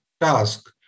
task